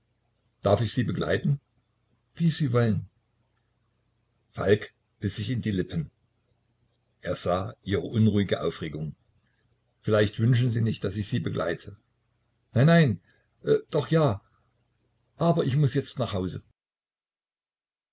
darf ich sie begleiten wie sie wollen falk biß sich in die lippen er sah ihre unruhige aufregung vielleicht wünschen sie nicht daß ich sie begleite nein nein doch ja aber ich muß jetzt nach hause